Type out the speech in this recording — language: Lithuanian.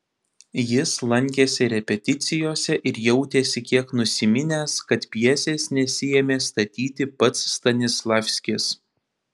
jis lankėsi repeticijose ir jautėsi kiek nusiminęs kad pjesės nesiėmė statyti pats stanislavskis